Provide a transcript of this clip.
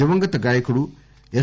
దివంగత గాయకుడు ఎస్